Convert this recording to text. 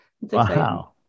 wow